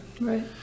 Right